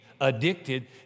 addicted